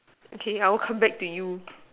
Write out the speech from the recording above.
okay I will come back to you